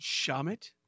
Shamit